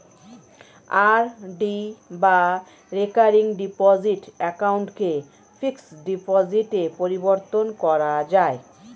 RD বা recurring deposit অ্যাকাউন্টকে fixed ডিপোজিটে পরিবর্তন করা যায়